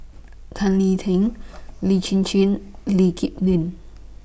Tan Lee Teng Lee Chin Chin Lee Kip Lin